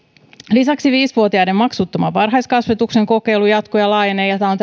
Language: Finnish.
lisäksi viisi vuotiaiden maksuttoman varhaiskasvatuksen kokeilu jatkuu ja laajenee ja tämä on